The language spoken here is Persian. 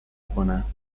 میکنم